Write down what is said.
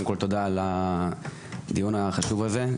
קודם כול תודה על הדיון החשוב הזה,